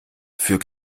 für